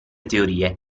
teorie